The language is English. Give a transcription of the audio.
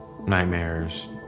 Nightmares